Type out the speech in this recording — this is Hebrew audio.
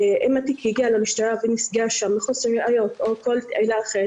אם התיק הגיע למשטרה ונסגר שם מחוסר ראיות או כל עילה אחרת,